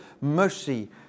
mercy